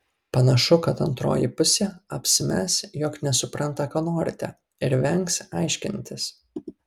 panašu kad antroji pusė apsimes jog nesupranta ko norite ir vengs aiškintis